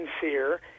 sincere